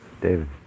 David